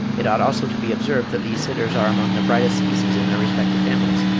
it ought also to be observed that these sitters are among the brightest species in their respective families